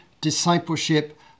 discipleship